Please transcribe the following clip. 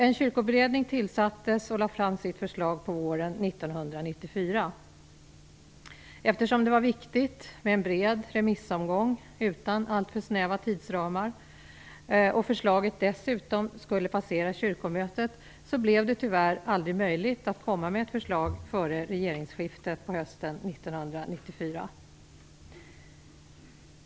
En kyrkoberedning tillsattes, och den lade fram sitt förslag på våren 1994. Eftersom det var viktigt med en bred remissomgång utan alltför snäva tidsramar och förslaget dessutom skulle passera kyrkomötet blev det tyvärr aldrig möjligt att komma med ett förslag före regeringsskiftet på hösten 1994.